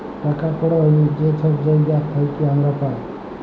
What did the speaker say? টাকা কড়হি যে ছব জায়গার থ্যাইকে আমরা পাই